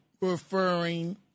referring